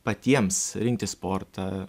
patiems rinktis sportą